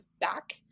back